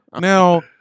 Now